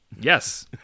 Yes